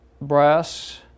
brass